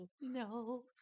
No